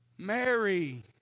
Mary